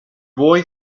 boy